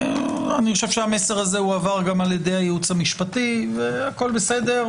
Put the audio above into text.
אני חושב שהמסר הזה הועבר גם על-ידי הייעוץ המשפטי והכול בסדר,